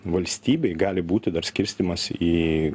valstybėj gali būti dar skirstymas į